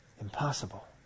impossible